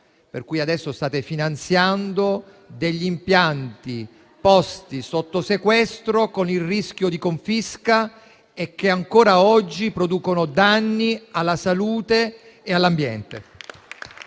per cui adesso state finanziando degli impianti posti sotto sequestro, con il rischio di confisca e che ancora oggi producono danni alla salute e all'ambiente.